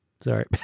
Sorry